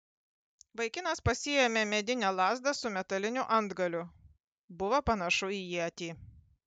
vaikinas pasiėmė medinę lazdą su metaliniu antgaliu buvo panašu į ietį